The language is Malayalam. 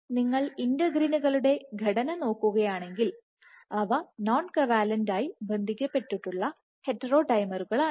അതിനാൽ നിങ്ങൾ ഇന്റഗ്രിനുകളുടെ ഘടന നോക്കുകയാണെങ്കിൽ അവ നോൺ കൊവാലെന്റ ആയിബന്ധിപ്പിച്ചിട്ടുള്ള ഹെറ്ററോഡൈമറുകളാണ്